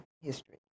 history